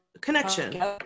connection